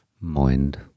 mind